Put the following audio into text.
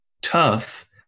tough